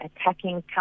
attacking